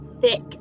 thick